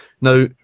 now